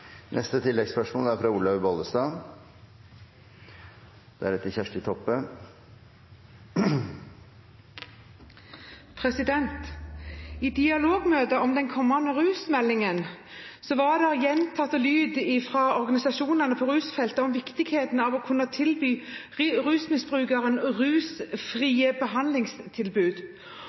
Olaug V. Bollestad – til oppfølgingsspørsmål. I dialogmøte om den kommende rusmeldingen var det gjentatt fra organisasjonene på rusfeltet viktigheten av å kunne tilby rusmisbrukeren